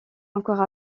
encore